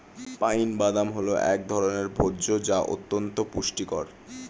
pine বাদাম হল এক ধরনের ভোজ্য যা অত্যন্ত পুষ্টিকর